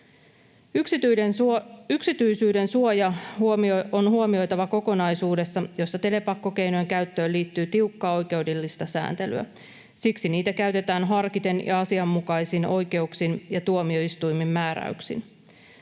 Yksityisyydensuoja on huomioitava kokonaisuudessa, jossa telepakkokeinojen käyttöön liittyy tiukkaa oikeudellista sääntelyä. Siksi niitä käytetään harkiten ja asianmukaisin oikeuksin ja tuomioistuimen määräyksin.